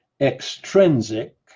extrinsic